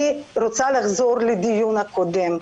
אני רוצה לחזור לדיון הקודם,